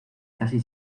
casi